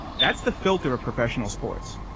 that's the filter of professional sports,